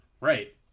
right